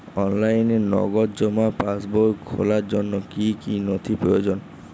অনলাইনে নগদ জমা পাসবই খোলার জন্য কী কী নথি প্রয়োজন?